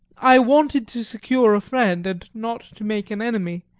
i wanted to secure a friend, and not to make an enemy,